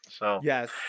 Yes